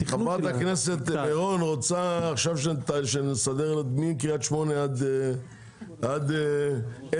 חברת הכנסת מירון רוצה שנסדר עכשיו רכבת מקריית שמונה עד אילת.